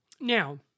Now